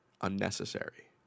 unnecessary